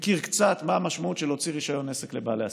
מכיר קצת מה המשמעות של להוציא רישיון עסק לבעלי עסקים.